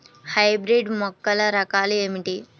Hybrid మొక్కల రకాలు ఏమిటి?